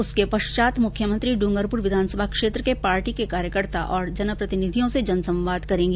उसके पश्चात मुख्यमंत्री डूंगरपुर विधानसभा क्षेत्र के पार्टी के कार्यकर्ता और जनप्रतिनिधियों से जनसंवाद करेंगी